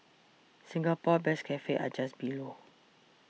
Singapore best cafes are just below